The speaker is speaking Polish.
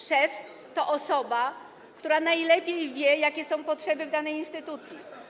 Szef to osoba, która najlepiej wie, jakie są potrzeby w danej instytucji.